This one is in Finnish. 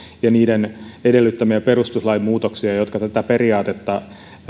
ja niiden edellyttämiä perustuslain muutoksia jotka tätä periaatetta